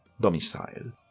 domicile